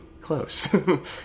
close